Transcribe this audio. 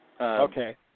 Okay